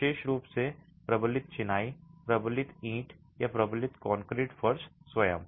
विशेष रूप से प्रबलित चिनाई प्रबलित ईंट या प्रबलित कंक्रीट फर्श स्वयं